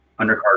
undercard